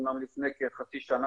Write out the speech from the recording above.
אמנם לפני כחצי שנה,